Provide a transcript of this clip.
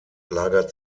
lagert